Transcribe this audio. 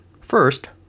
first